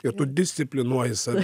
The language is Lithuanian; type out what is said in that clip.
ir tu disciplinuoji save